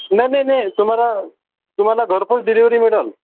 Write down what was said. नाही नाही नाही तुम्हाला तुम्हाला घरपोच डिलेवरी मिळंल